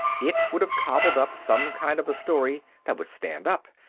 it would have cobbled up some kind of a story that would stand up.